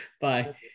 Bye